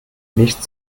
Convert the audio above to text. nicht